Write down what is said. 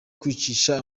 kwicisha